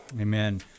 Amen